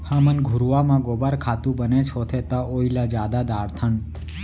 हमन घुरूवा म गोबर खातू बनेच होथे त ओइला जादा डारथन